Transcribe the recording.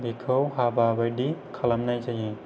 बिखौ हाबा बादि खालामनाय जायो